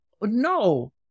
no